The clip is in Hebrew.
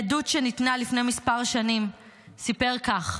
בעדות שניתנה לפני כמה שנים סיפר כך: